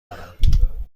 دارم